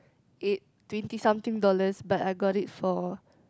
eight twenty something dollars but I got it for